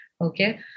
okay